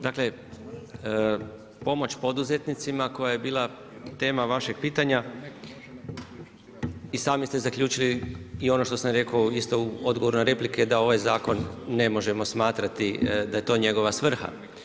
Dakle pomoć poduzetnicima koja je bila tema vašeg pitanja i sami ste zaključili i ono što sam rekao isto u odgovoru na replike da ovaj zakon ne možemo smatrati da je to njegova svrha.